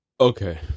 Okay